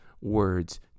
words